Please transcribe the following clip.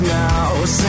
now